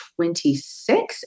26